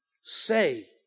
say